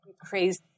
crazy